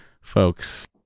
folks